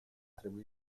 trebui